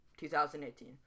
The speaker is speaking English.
2018